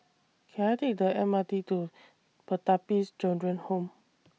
Can I Take The M R T to Pertapis Children Home